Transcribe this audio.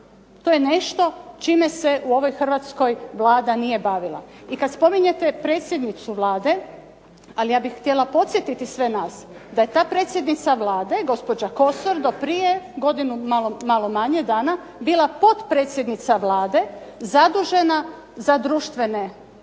To je nešto čime se u ovoj Hrvatskoj Vlada nije bavila. I kad spominjete predsjednicu Vlade, ali ja bih htjela podsjetiti sve nas da je ta predsjednica Vlade, gospođa Kosor, do prije godinu, malo manje dana, bila potpredsjednica Vlade zadužena za društvene